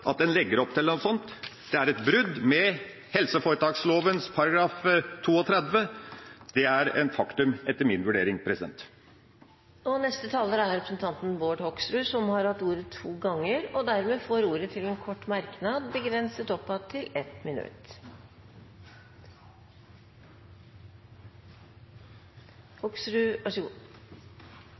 at en legger opp til noe sånt. Det er et brudd med helseforetaksloven § 32. Det er et faktum, etter min vurdering. Representanten Bård Hoksrud har hatt ordet to ganger og får ordet til en kort merknad, begrenset til